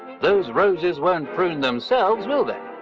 those roses won't prune themselves will they?